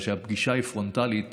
אבל כשהפגישה היא פרונטלית